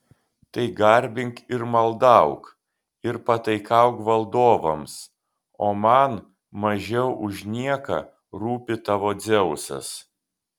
tai garbink ir maldauk ir pataikauk valdovams o man mažiau už nieką rūpi tavo dzeusas